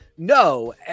No